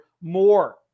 more